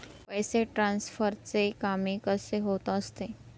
पैसे ट्रान्सफरचे काम कसे होत असते?